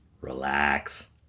Relax